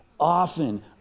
Often